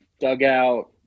dugout